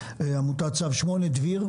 עמותת צו 8. דביר.